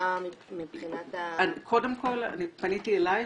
שנותרה מבחינת --- קודם כול אני פניתי אליך,